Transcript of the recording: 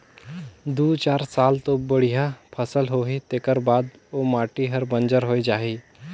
दू चार साल तो बड़िया फसल होही तेखर बाद ओ माटी हर बंजर होए जाही